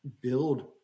build